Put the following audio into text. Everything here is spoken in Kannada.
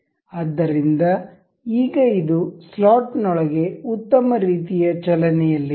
ಆದ್ದರಿಂದ ಈಗ ಇದು ಸ್ಲಾಟ್ನೊಳಗೆ ಉತ್ತಮ ರೀತಿಯ ಚಲನೆಯಲ್ಲಿದೆ